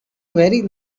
very